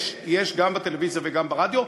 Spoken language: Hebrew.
יש גם בטלוויזיה וגם ברדיו,